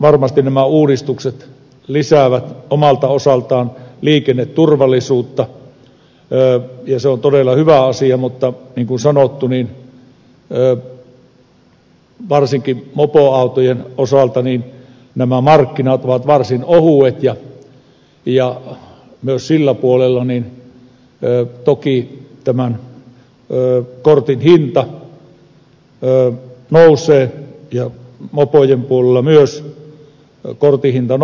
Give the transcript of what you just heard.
varmasti nämä uudistukset lisäävät omalta osaltaan liikenneturvallisuutta ja se on todella hyvä asia mutta niin kuin sanottu varsinkin mopoautojen osalta nämä markkinat ovat varsin ohuet ja myös sillä puolella toki tämän kortin hinta nousee ja mopojen puolella myös kortin hinta nousee